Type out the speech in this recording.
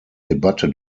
debatte